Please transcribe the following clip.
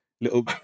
Little